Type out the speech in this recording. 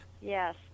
Yes